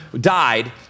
died